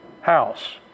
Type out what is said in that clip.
house